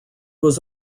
was